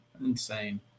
Insane